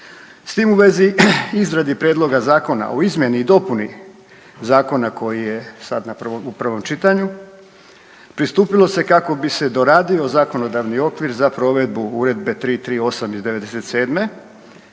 S tim u vezi, izradi prijedloga zakona o izmjeni i dopuni Zakona koji je sad u prvom čitanju pristupilo se kako bi se doradio zakonodavni okvir za provedbu Uredbe 338.